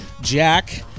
jack